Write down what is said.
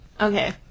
Okay